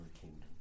kingdom